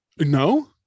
No